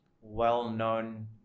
well-known